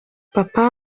papa